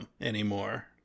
anymore